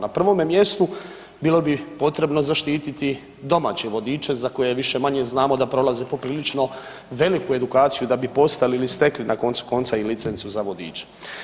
Na prvome mjestu bilo bi potrebno zaštiti domaće vodiče za koje više-manje znamo da prolaze poprilično veliku edukaciju da bi postali ili stekli na koncu konca i licencu za vodiča.